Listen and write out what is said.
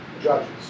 judges